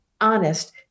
honest